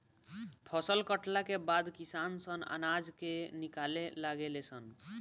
फसल कटला के बाद किसान सन अनाज के निकाले लागे ले सन